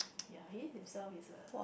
ya he himself is a